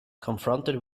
confronted